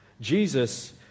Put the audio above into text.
Jesus